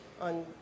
On